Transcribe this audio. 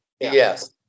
yes